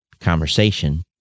conversation